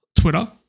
Twitter